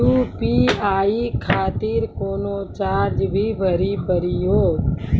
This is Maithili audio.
यु.पी.आई खातिर कोनो चार्ज भी भरी पड़ी हो?